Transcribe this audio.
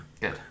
Good